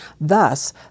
Thus